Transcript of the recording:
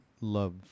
love